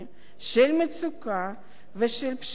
של מצוקה ושל פשיעה.